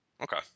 Okay